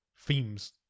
themes